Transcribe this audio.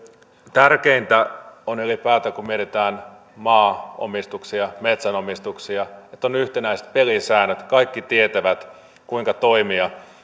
tärkeintä on ylipäätään kun mietitään maanomistuksia ja metsänomistuksia että on yhtenäiset pelisäännöt kaikki tietävät kuinka toimia